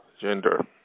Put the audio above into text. gender